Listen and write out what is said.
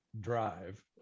drive